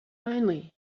finally